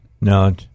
no